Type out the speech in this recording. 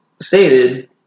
stated